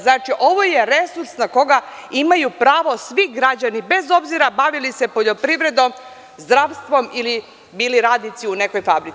Znači, ovo je resurs na koga imaju pravo svi građani, bez obzira bavili se poljoprivredom, zdravstvom ili bili radnici u nekoj fabrici.